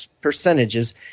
percentages